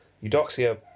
Eudoxia